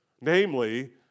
Namely